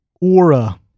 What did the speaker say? Aura